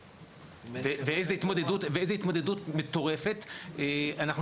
לילדים ואיזה התמודדות מטורפת אנחנו